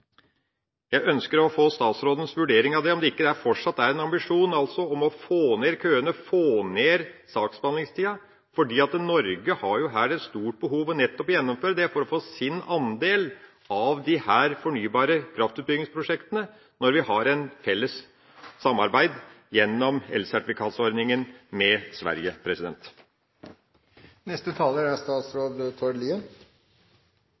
Jeg ønsker å få statsrådens vurdering av om det ikke fortsatt er en ambisjon å få ned køene, få ned saksbehandlingstida. Norge har jo her et stort behov for å få gjennomført det, for å få sin andel av disse fornybare kraftutbyggingsprosjektene, når vi har et felles samarbeid gjennom elsertifikatordninga med Sverige.